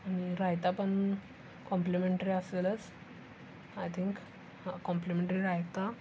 आणि रायता पण कॉम्प्लिमेंटरी असेलच आय थिंक हां कॉम्प्लिमेंटरी रायता